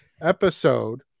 episode